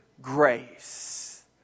grace